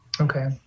Okay